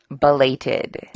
Belated